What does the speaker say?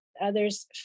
others